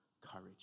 courage